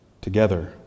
together